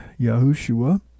Yahushua